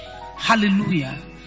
hallelujah